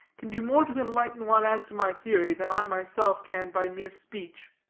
can do more to enlighten one as to my theory, than i myself can by mere speech.